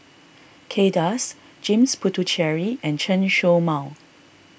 Kay Das James Puthucheary and Chen Show Mao